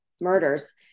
murders